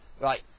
Right